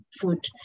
food